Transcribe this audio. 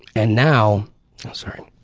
and now sorry.